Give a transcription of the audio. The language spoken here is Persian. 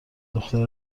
دختری